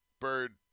bird